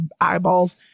eyeballs